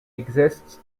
exists